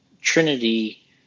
Trinity